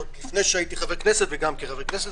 עוד לפי שהייתי חבר כנסת וגם כחבר כנסת,